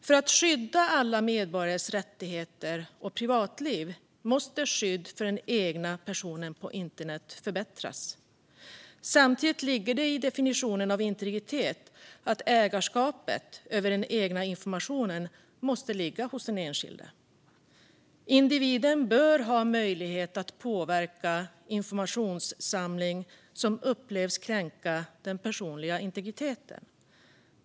För att skydda alla medborgares rättigheter och privatliv måste skyddet för den egna personen på internet förbättras. Samtidigt ligger det i definitionen av integritet att ägarskapet över den egna informationen måste ligga hos den enskilde. Individen bör ha möjlighet att påverka informationsinsamling som upplevs kränka den personliga integriteten.